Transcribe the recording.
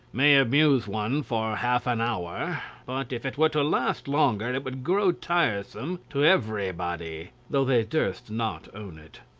may amuse one for half an hour but if it were to last longer and it would grow tiresome to everybody, though they durst not own it.